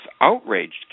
outraged